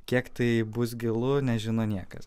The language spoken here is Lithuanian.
kiek tai bus gilu nežino niekas